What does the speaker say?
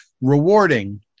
rewarding